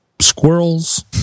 squirrels